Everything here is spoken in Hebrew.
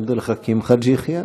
עבד אל חכים חאג' יחיא,